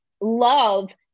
love